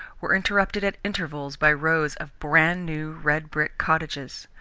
were interrupted at intervals by rows of brand-new, red-brick cottages.